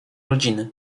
rodziny